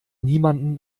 niemanden